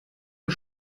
und